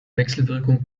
wechselwirkung